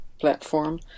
platform